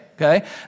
Okay